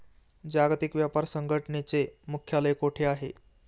जागतिक व्यापार संघटनेचे मुख्यालय कुठे आहे?